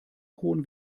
hohen